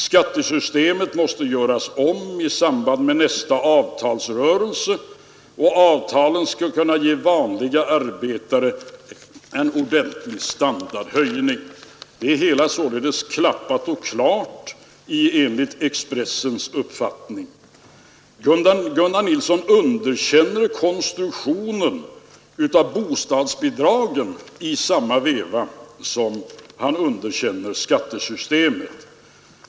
Skattesystemet måste göras om i samband med nästa avtalsrörelse om avtalen ska kunna ge vanliga arbetare en verklig standardhöjning.” Det hela är således klappat och klart enligt Expressens uppfattning. Gunnar Nilsson underkänner konstruktionen av bostadsbidragen i samma veva som han underkänner skattesystemet enligt Expressen.